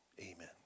amen